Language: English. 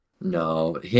No